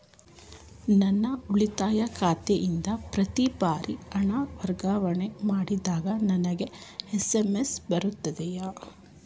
ನನ್ನ ಉಳಿತಾಯ ಖಾತೆಯಿಂದ ಪ್ರತಿ ಬಾರಿ ಹಣ ವರ್ಗಾವಣೆ ಮಾಡಿದಾಗ ನನಗೆ ಎಸ್.ಎಂ.ಎಸ್ ಬರುತ್ತದೆಯೇ?